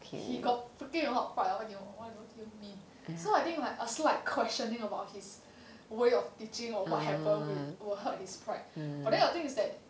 he got freaking a lot of pride or what do you mean so I think like a slight questioning about his way of teaching or what happened with will hurt his pride but then the thing is that